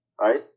right